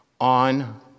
on